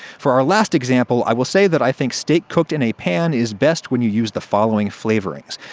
for our last example, i will say that i think steak cooked in a pan is best when you use the following flavorings.